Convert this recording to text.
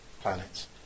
planets